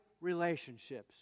relationships